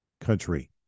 country